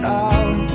out